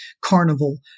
carnival